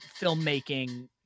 filmmaking